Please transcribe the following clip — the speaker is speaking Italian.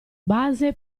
base